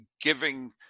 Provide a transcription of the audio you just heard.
giving